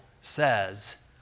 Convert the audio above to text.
says